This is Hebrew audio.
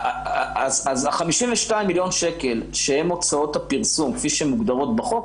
ה-52 מיליון שקלים שהן הוצאות הפרסום כפי שמוגדרות בחוק,